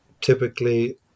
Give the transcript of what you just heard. typically